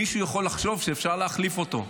מישהו יכול לחשוב שאפשר להחליף אותו.